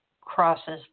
crosses